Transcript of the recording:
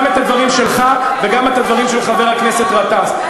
גם את הדברים שלך וגם את הדברים של חבר הכנסת גטאס,